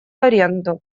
аренду